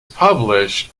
published